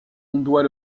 doit